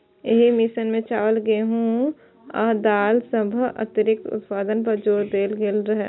एहि मिशन मे चावल, गेहूं आ दालि सभक अतिरिक्त उत्पादन पर जोर देल गेल रहै